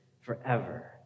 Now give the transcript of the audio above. forever